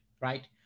Right